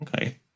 Okay